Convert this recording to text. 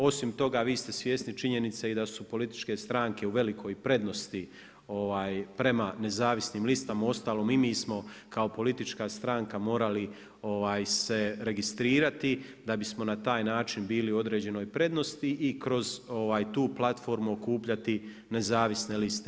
Osim toga, vi ste svjesni činjenice i da su političke stranke u velikoj prednosti prema nezavisnim listama, uostalom i mi smo kao politička stranka morali se registrirati da bismo na taj način bili u određenoj prednosti i kroz tu platformu okupljati nezavisne liste.